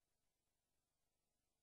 אדוני היושב-ראש, אני, ברשותך,